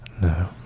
No